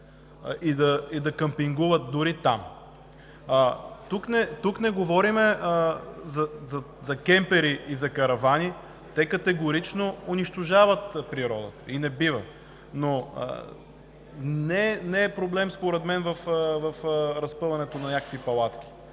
да къмпингува там. Тук не говорим за кемпери и каравани – те категорично унищожават природата и не бива. Но не е проблемът в разпъването на някакви палатки.